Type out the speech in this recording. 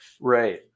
Right